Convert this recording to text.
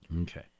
Okay